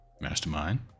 Mastermind